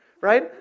right